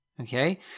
okay